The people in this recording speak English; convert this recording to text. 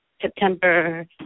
September